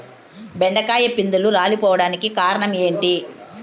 బెండకాయ పిందెలు రాలిపోవడానికి కారణం ఏంటి?